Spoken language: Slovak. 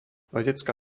letecká